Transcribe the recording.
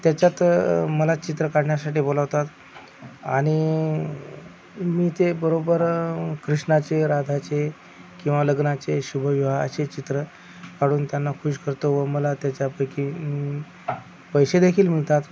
त्याच्यात मला चित्रं काढण्यासाठी बोलावतात आणि मी ते बरोबर कृष्णाचे राधाचे किंवा लग्नाचे शुभविवाहाचे चित्र काढून त्यांना खूश करतो व मला त्याच्यापैकी पैसे देखील मिळतात